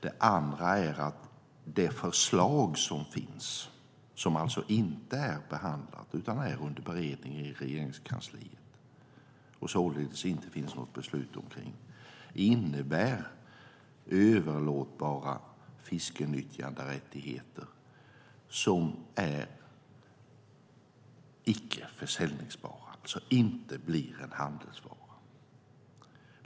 Det andra är att det förslag som finns, som alltså inte är behandlat utan är under beredning i Regeringskansliet och som det således inte finns något beslut om, innebär överlåtbara fiskenyttjanderättigheter som är icke säljbara och alltså inte blir en handelsvara.